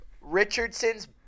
Richardson's